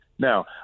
Now